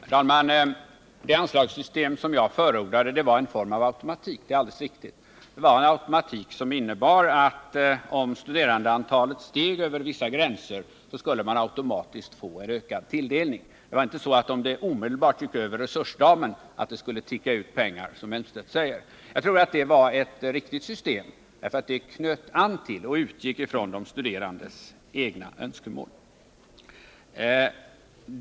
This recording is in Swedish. Herr talman! Det anslagssystem som jag förordade var en form av automatik — det är alldeles riktigt. Det var en automatik som innebar att om studerandeantalet steg över vissa gränser skulle man automatiskt få en ökad tilldelning. Det var inte så att det omedelbart skulle ticka ut pengar, om resursramen överskreds. Jag tror att det var ett riktigt system, därför att det knöt an till och utgick ifrån de studerandes egna önskemål.